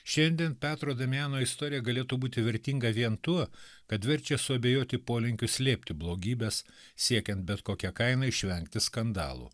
šiandien petro adomėno istorija galėtų būti vertinga vien tuo kad verčia suabejoti polinkius slėpti blogybes siekiant bet kokia kaina išvengti skandalų